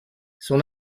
son